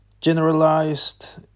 generalized